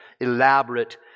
elaborate